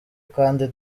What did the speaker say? kandi